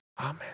amen